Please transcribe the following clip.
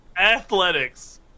Athletics